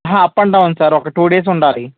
హా up and down sir ఒక two days ఉండాలి